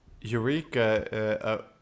Eureka